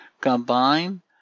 Combine